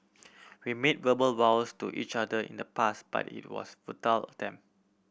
we made verbal vows to each other in the pass but it was futile attempt